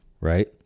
right